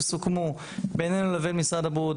שסוכמו בינינו לבין משרד הבריאות